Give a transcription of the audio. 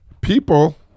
people